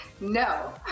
No